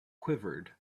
quivered